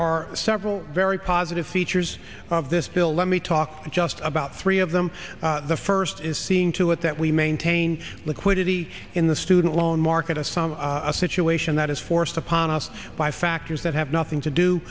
are several very positive features of this bill let me talk just about three of them the first is seeing to it that we maintain liquidity in the student loan market to some a situation that is forced upon us by factors that have nothing to do